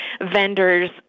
vendors